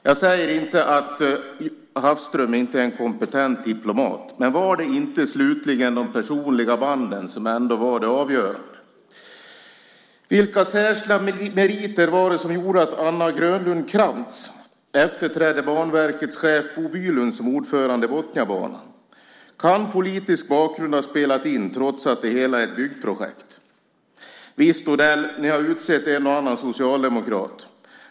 Jag säger inte att Hafström inte är en kompetent diplomat, men var det inte slutligen de personliga banden som ändå var det avgörande? Vilka särskilda meriter var det som gjorde att Anna Grönlund Krantz efterträdde Banverkets chef Bo Bylund som ordförande för Botniabanan? Kan politisk bakgrund ha spelat in, trots att det hela är ett byggprojekt? Visst, Odell, ni har utsett en och annan socialdemokrat.